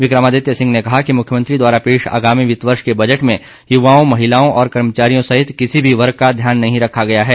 विक्रमादित्य सिंह ने कहा कि मुख्यमंत्री द्वारा पेश आगामी वित्त वर्ष के बजट में युवाओं महिलाओं और कर्मचारियों सहित किसी भी वर्ग का ध्यान नहीं रखा गया है